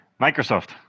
Microsoft